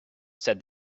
said